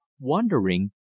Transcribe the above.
Wondering